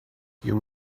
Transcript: you